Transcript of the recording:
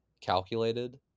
calculated